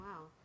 wow